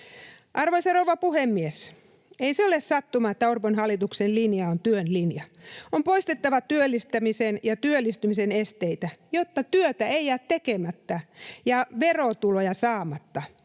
Arvoisa rouva puhemies! Ei se ole sattuma, että Orpon hallituksen linja on työn linja. On poistettava työllistämisen ja työllistymisen esteitä, jotta työtä ei jää tekemättä ja verotuloja saamatta.